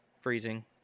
freezing